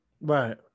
Right